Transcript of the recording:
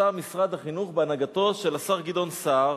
משרד החינוך בהנהגתו של השר גדעון סער,